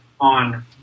on